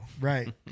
right